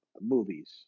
movies